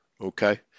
Okay